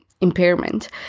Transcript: impairment